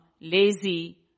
lazy